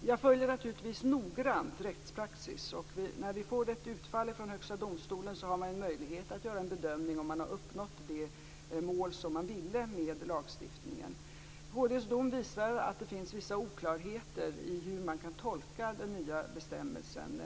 Jag följer naturligtvis noga rättspraxis. När vi får ett utslag från Högsta domstolen har man en möjlighet att göra en bedömning om man har uppnått det mål man ville med lagstiftningen. HD:s dom visar att det finns vissa oklarheter i hur man kan tolka den nya bestämmelsen.